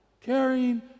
carrying